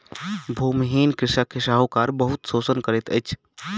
भूमिहीन कृषक के साहूकार बहुत शोषण करैत अछि